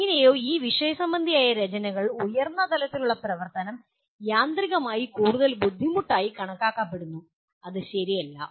എങ്ങനെയോ ഈ വിഷയസംബന്ധിയായ രചനകളിൽ ഉയർന്ന തലത്തിലുള്ള പ്രവർത്തനം യാന്ത്രികമായി കൂടുതൽ ബുദ്ധിമുട്ടായി കണക്കാക്കപ്പെടുന്നു അത് ശരിയല്ല